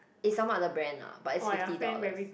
it's some other brand ah but it's fifty dollars